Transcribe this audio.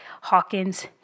Hawkins